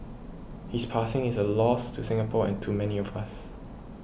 his passing is a loss to Singapore and to many of us